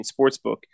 Sportsbook